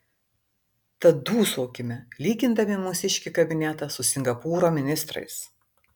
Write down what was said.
tad dūsaukime lygindami mūsiškį kabinetą su singapūro ministrais